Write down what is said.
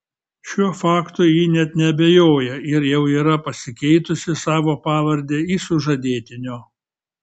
šiuo faktu ji net neabejoja ir jau yra pasikeitusi savo pavardę į sužadėtinio